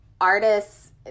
artists